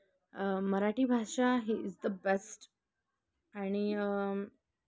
मराठी भाषा ही is the best आणि